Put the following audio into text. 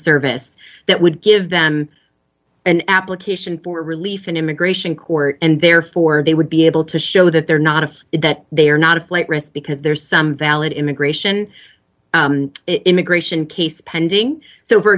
service that would give them an application for relief in immigration court and therefore they would be able to show that they're not of it that they are not a flight risk because there's some valid immigration immigration case pending so for